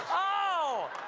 oh!